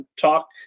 talk